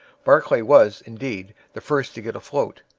barclay was, indeed, the first to get afloat.